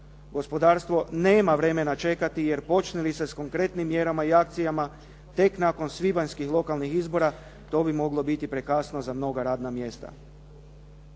Gospodarstvo nema vremena čekati jer počne li se s konkretnim mjerama i akcijama, tek nakon svibanjskih lokalnih izbora, to bi moglo biti prekasno za mnoga radna mjesta.